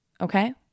okay